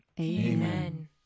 Amen